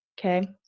okay